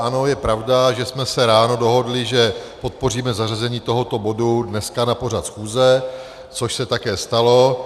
Ano, je pravda, že jsme se ráno dohodli, že podpoříme zařazení tohoto bodu dneska na pořad schůze, což se také stalo.